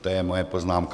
To je moje poznámka.